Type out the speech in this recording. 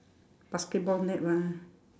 basketball net mah